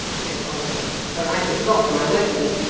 said oliver for i forgot my weapon.